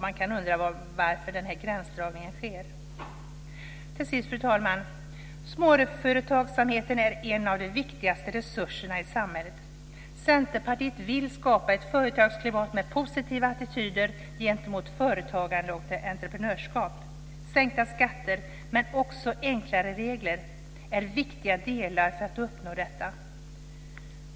Man kan undra varför den här gränsdragningen sker. Fru talman! Småföretagsamheten är en av de viktigaste resurserna i samhället. Centerpartiet vill skapa ett företagsklimat med positiva attityder gentemot företagande och entreprenörskap. Sänkta skatter, men också enklare regler är viktiga delar för att uppnå detta.